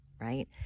right